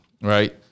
right